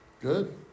Good